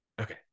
Okay